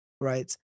right